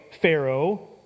Pharaoh